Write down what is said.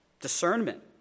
Discernment